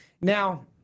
Now—